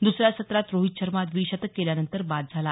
दुसऱ्या सत्रात रोहित शर्मा द्विशतक केल्यानंतर बाद झाला